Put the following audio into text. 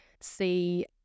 see